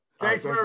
Thanks